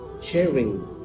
sharing